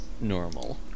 normal